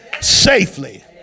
safely